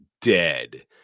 dead